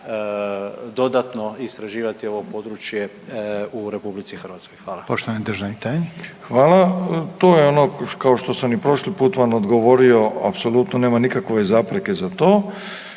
dodatno istraživati ovo područje u RH. Hvala. **Reiner, Željko (HDZ)** Poštovani državni tajnik. **Milatić, Ivo** Hvala. To je ono, kao što sam i prošli put vam odgovorio, apsolutno nema nikakve zapreke za to,